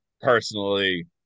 personally